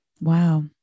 Wow